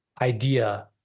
idea